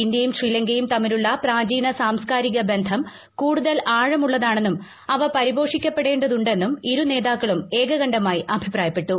ഇന്ത്യയും ശ്രീലങ്കയും തമ്മിലുള്ള പ്രാചീന സാംസ് കാരിക ബന്ധം കൂടുതൽ ആഴം ഉള്ളതാണെന്നും അവ പരിപോഷിപ്പിക്കപ്പെടേണ്ടത് ഉണ്ടെന്നും ഇരുനേതാക്കളും ഏകകണ്ഠമായി അഭിപ്രായപ്പെട്ടു